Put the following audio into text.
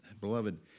Beloved